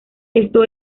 esto